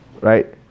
Right